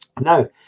Now